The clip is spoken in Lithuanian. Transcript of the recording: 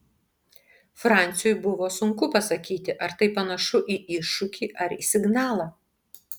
franciui buvo sunku pasakyti ar tai panašu į iššūkį ar į signalą